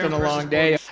and a long day.